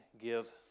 give